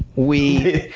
we,